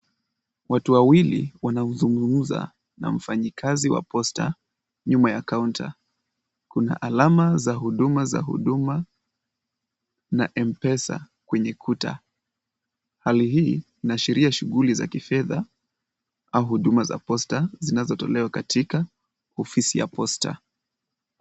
Watu wawili wanaozungumza na mfanyikazi wa Posta nyuma ya counter .Kuna alama za huduma za huduma na Mpesa kwenye kuta. Hali hii inaashiria shughuli za kifedha au huduma za Posta zinazotolewa katika ofisi ya Posta.